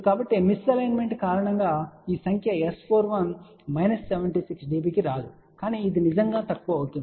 కాబట్టి misalignment కారణంగా ఈ సంఖ్య S41 మైనస్ 76 dB రాదు కానీ ఇది నిజంగా తక్కువ అవుతుంది